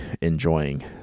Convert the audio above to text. enjoying